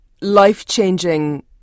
life-changing